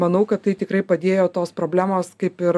manau kad tai tikrai padėjo tos problemos kaip ir